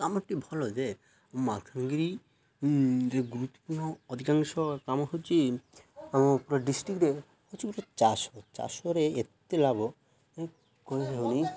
କାମଟି ଭଲ ଯେ ମାଲକାନଗିରିରେ ଗୁରୁତ୍ୱପୂର୍ଣ୍ଣ ଅଧିକାଂଶ କାମ ହେଉଛି ଆମ ପୁରା ଡିଷ୍ଟ୍ରିକରେ ହେଉଛି ଗୋଟେ ଚାଷ ଚାଷରେ ଏତେ ଲାଭ କହି ହେଉନି